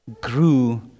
grew